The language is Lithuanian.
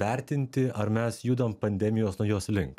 vertinti ar mes judam pandemijos naujos link